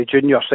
junior